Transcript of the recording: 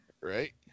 right